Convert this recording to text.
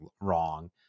wrong